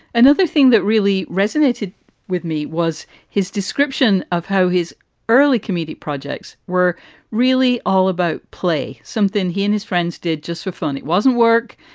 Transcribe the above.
another thing that really resonated with me was his description of how his early comedic projects were really all about play, something he and his friends did just for fun. it wasn't work.